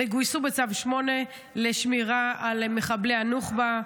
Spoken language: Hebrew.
וגויסו בצו 8 לשמירה על מחבלי הנוח'בה,